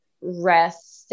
rest